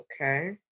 Okay